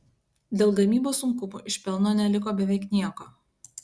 dėl gamybos sunkumų iš pelno neliko beveik nieko